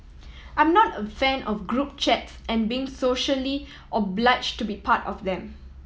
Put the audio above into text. I'm not a fan of group chats and being socially obliged to be part of them